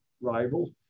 rival